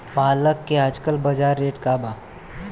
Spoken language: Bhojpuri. पालक के आजकल बजार रेट का बा?